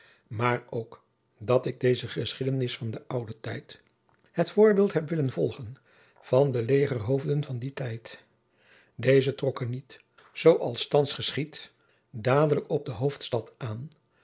maar ook dat ik in deze geschiedenis van den ouden tijd het voorbeeld heb willen volgen van de legerhoofden van dien tijd deze trokken niet zoo als thands geschiedt dadelijk op de hoofdstad aan